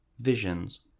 visions